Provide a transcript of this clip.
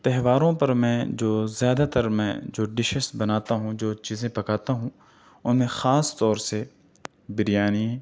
تہواروں پر میں جو زیادہ تر میں جو ڈشش بناتا ہوں جو چیزیں پکاتا ہوں ان میں خاص طور سے بریانی